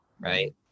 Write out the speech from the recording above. Right